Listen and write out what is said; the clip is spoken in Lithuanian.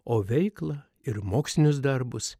o veiklą ir mokslinius darbus